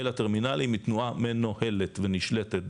אל הטרמינלים היא תנועה מנוהלת ונשלטת,